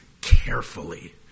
carefully